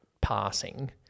passing